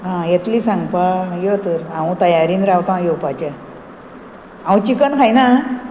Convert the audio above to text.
आ येतलीं सांगपा यो तर हांव तयारीन रावता येवपाचे हांव चिकन खायना आं